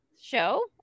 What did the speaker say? show